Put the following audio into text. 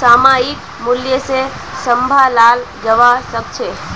सामयिक मूल्य से सम्भालाल जवा सक छे